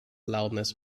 loudness